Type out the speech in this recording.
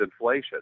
inflation